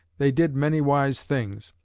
they did many wise things,